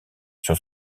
sur